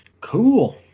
Cool